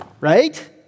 right